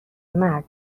مرد